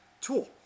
Tool